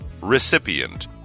Recipient